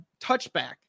touchback